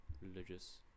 religious